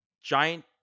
giant